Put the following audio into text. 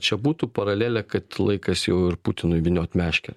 čia būtų paralelė kad laikas jau ir putinui vyniot meškerę